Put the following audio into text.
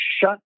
shut